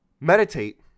meditate